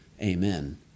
Amen